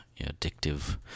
addictive